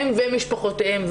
הם ומשפחותיהם,